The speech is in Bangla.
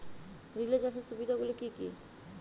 রিলে চাষের সুবিধা গুলি কি কি?